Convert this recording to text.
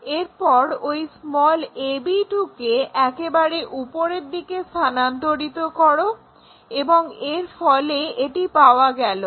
এরপর ওই ab2 কে একেবারে উপরের দিকে স্থানান্তরিত করো এবং এর ফলে এটি পাওয়া গেলো